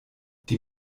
die